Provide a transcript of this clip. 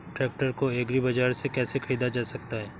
Tractor को agri बाजार से कैसे ख़रीदा जा सकता हैं?